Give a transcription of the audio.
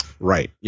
Right